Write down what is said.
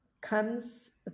comes